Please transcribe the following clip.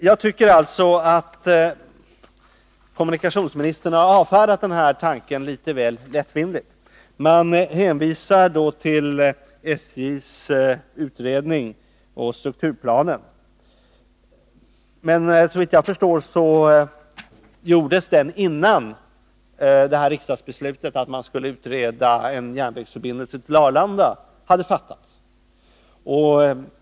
Jag tycker alltså att kommunikationsministern har avfärdat denna tanke litet väl lättvindigt. Han hänvisar till SJ:s utredning och strukturplan. Men såvitt jag förstår gjordes de innan riksdagsbeslutet om att utreda järnvägsförbindelsen till Arlanda hade fattats.